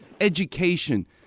education